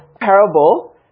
parable